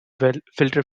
filter